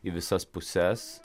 į visas puses